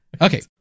Okay